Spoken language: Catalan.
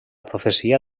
profecia